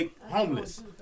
homeless